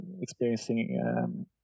experiencing